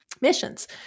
missions